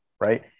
right